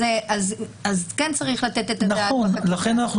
אז כן צריך לתת את הדעת בחקיקה,